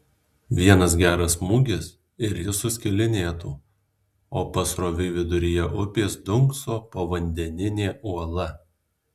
vienas geras smūgis ir jis suskilinėtų o pasroviui viduryje upės dunkso povandeninė uola